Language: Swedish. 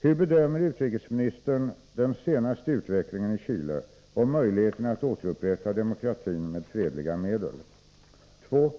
Hur bedömer utrikesministern den senaste utvecklingen i Chile och möjligheterna att återupprätta demokratin med fredliga medel? 2.